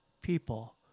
people